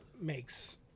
makes